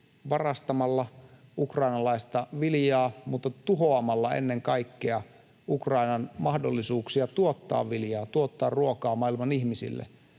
varastamalla ukrainalaista viljaa mutta tuhoamalla ennen kaikkea Ukrainan mahdollisuuksia tuottaa viljaa, tuottaa ruokaa maailman ihmisille.